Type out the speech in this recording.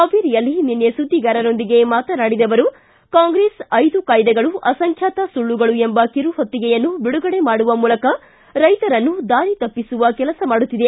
ಹಾವೇರಿಯಲ್ಲಿ ನಿನ್ನೆ ಸುದ್ವಿಗಾರರೊಂದಿಗೆ ಮಾತನಾಡಿದ ಅವರು ಕಾಂಗ್ರೆಸ್ ಐದು ಕಾಯ್ದೆಗಳು ಅಸಂಬ್ಯಾತ ಸುಳ್ಳುಗಳು ಎಂಬ ಕಿರುಹೊತ್ತಿಗೆಯನ್ನು ಬಿಡುಗಡೆ ಮಾಡುವ ಮೂಲಕ ರೈತರನ್ನು ದಾರಿ ತಪ್ಪಿಸುವ ಕೆಲಸ ಮಾಡುತ್ತಿದೆ